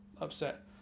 upset